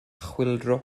chwyldro